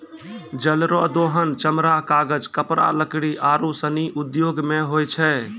जल रो दोहन चमड़ा, कागज, कपड़ा, लकड़ी आरु सनी उद्यौग मे होय छै